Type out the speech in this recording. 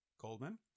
Goldman